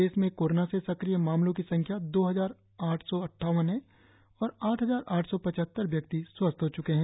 प्रदेश में कोरोना से संक्रिय मामलो की संख्या दो हजार आठ सौ अद्वावन है और आठ हजार आठ सौ पचहत्तर व्यक्ति स्वस्थ हो च्के है